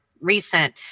recent